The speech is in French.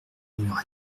murmura